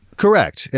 correct,